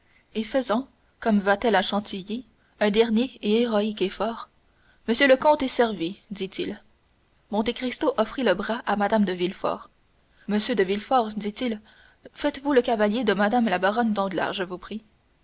et faisant comme vatel à chantilly un dernier et héroïque effort monsieur le comte est servi dit-il monte cristo offrit le bras à mme de villefort monsieur de villefort dit-il faites-vous le cavalier de mme la baronne danglars je vous prie